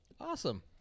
Awesome